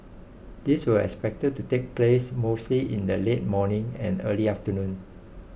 these were expected to take place mostly in the late morning and early afternoon